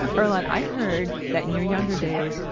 earlonne, i heard that in your younger days,